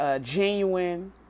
genuine